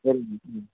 വരും